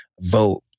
vote